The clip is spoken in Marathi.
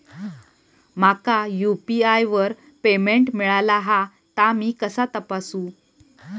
माका यू.पी.आय वर पेमेंट मिळाला हा ता मी कसा तपासू?